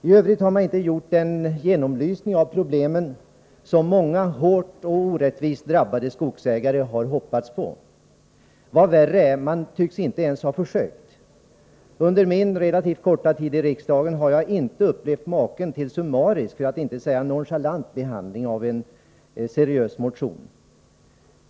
I övrigt har man inte gjort den genomlysning av problemen som många hårt och orättvist drabbade skogsägare har hoppats på. Vad värre är: Man tycks inte ens ha försökt. Under min relativt korta tid i riksdagen har jag inte upplevt maken till summarisk, för att inte säga nonchalant, behandling av en seriös motion.